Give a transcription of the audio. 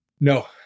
No